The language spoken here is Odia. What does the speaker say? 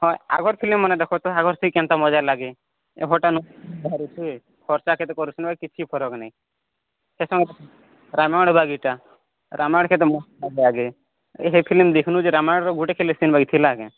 ହଁ ଆଗର ଫିଲ୍ମମାନେ ଦେଖତ ଆଗର ସେଇ କେନ୍ତା ମଜା ଲାଗେ ଏଭେ ଟାନୁ ବାହାରୁଛେ ଖର୍ଚ୍ଚା କେତେ କରୁଛନ କିଛି ଫରକ ନାହିଁ ହେ ସମୟର ରାମାୟଣ ରାମାୟଣ କେତେ ମସ୍ତ ଲାଗେ ଏବେ ସେ ଫିଲ୍ମ୍ ଦେଖନୁ ଯେ ରାମାୟଣ ର ଗୋଟେ ହେଲେ ସିନ ବାଗି ଥିଲା କେ